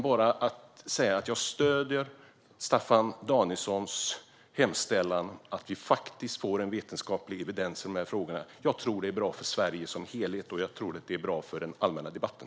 Jag stöder Staffan Danielssons hemställan att vi får en vetenskaplig evidens i dessa frågor. Jag tror det är bra för Sverige som helhet och bra för den allmänna debatten.